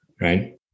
right